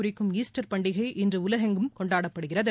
குறிக்கும் ஈஸ்டர் பண்டிகை இன்று உலகமெங்கும் கொண்டாடப்படுகிறது